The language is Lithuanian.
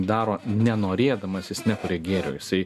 daro nenorėdamas jis nekuria gėrio jisai